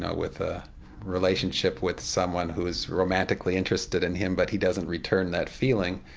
ah with a relationship with someone who's romantically interested in him but he doesn't return that feeling,